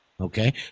okay